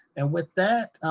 and with that,